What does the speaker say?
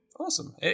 awesome